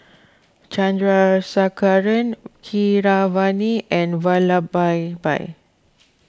Chandrasekaran Keeravani and Vallabhbhai